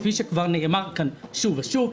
כפי שכבר נאמר כאן שוב ושוב,